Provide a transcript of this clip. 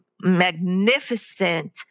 magnificent